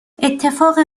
اتفاق